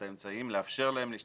האם הוא קיים?